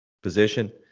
position